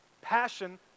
passion